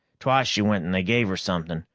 twice she went and they gave her something.